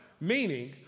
meaning